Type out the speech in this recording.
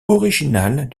originale